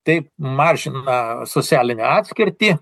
taip mažina socialinę atskirtį